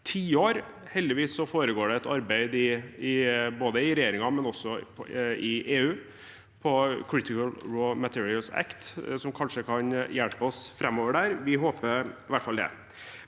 Heldigvis foregår det et arbeid ikke bare i regjeringen, men også i EU med Critical Raw Materials Act, som kanskje kan hjelpe oss framover. Vi håper i